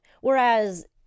whereas